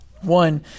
One